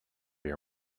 your